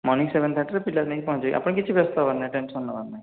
morning seven ଥାର୍ଟିରେ ପିଲା ନେଇ ପହଞ୍ଚେଇବେ ଆପଣ କିଛି ବ୍ୟସ୍ତ ହେବାର ନାହିଁ ଟେନସନ୍ ନେବାର ନାହିଁ